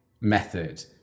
method